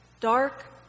dark